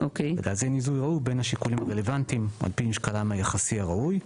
ולאזן איזון ראוי בין השיקולים הרלוונטיים על פי משקלם היחסי הראוי.